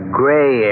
gray